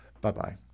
Bye-bye